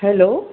hello